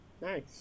Nice